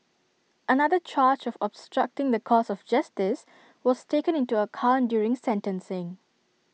another charge of obstructing the course of justice was taken into account during sentencing